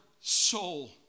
soul